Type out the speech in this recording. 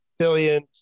billion